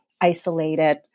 isolated